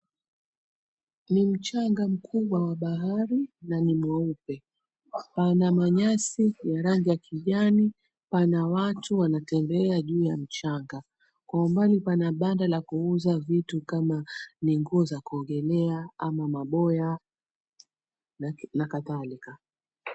Ni mchanga mkubwa wa bahari na ni mweupe, pana manyasi ya rangi ya kijani, pana watu wanatembea juu ya mchanga. Kwa umbali pana banda la kuuza vitu kama minguo za kuogelea ama maboya na kadhalika.